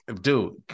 Dude